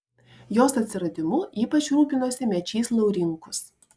jos atsiradimu ypač rūpinosi mečys laurinkus